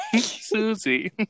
Susie